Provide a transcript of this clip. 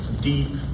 deep